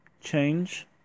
change